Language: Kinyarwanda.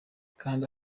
kanda